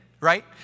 Right